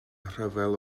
rhyfel